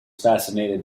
fascinated